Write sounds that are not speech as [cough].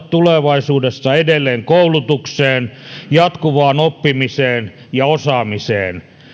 [unintelligible] tulevaisuudessa edelleen koulutukseen jatkuvaan oppimiseen ja osaamiseen